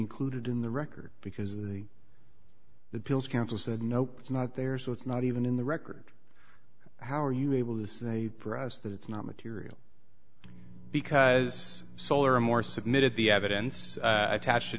included in the record because the pills council said no it's not there so it's not even in the record how are you able to say for us that it's not material because solar more submitted the evidence attached to